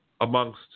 amongst